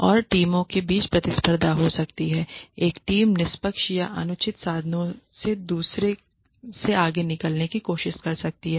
और टीमों के बीच प्रतिस्पर्धा हो सकती है एक टीम निष्पक्ष या अनुचित साधनों से दूसरे से आगे निकलने की कोशिश कर सकती है